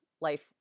life